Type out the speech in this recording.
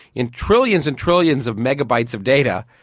in trillions and trillions of megabytes of data,